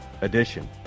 edition